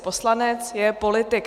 Poslanec je politik.